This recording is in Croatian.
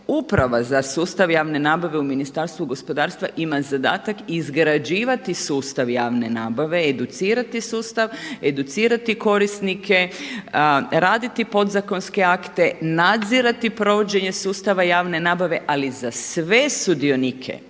Uprava za sustav javne nabave u Ministarstvu gospodarstva ima zadatak izgrađivati sustav javne nabave, educirati sustav, educirati korisnike, raditi podzakonske akte, nadzirati provođenje sustava javne nabave ali za sve sudionike